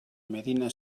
medina